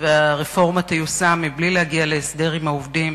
והרפורמה תיושם בלי להגיע להסדר עם העובדים.